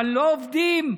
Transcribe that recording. לא עובדים,